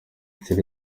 inshuro